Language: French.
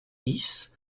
dix